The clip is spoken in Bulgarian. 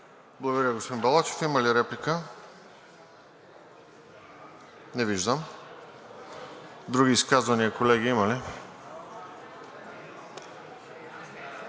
Благодаря, господин Дренчев. Има ли реплики? Не виждам. Други изказвания има ли